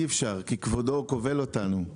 אי אפשר כי כבודו כובל אותנו.